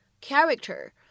character